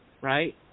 Right